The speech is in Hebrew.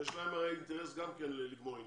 יש להם הרי אינטרס לגמור עניין,